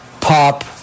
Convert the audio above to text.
pop